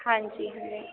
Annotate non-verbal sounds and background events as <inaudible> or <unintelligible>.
ਹਾਂਜੀ <unintelligible>